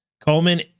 Coleman